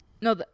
no